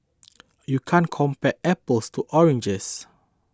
you can't compare apples to oranges